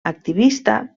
activista